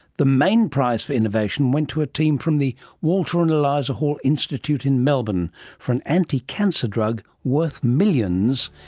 the main prize for innovation went to a team from the walter and eliza hall institute in melbourne for an anti-cancer drug worth millions,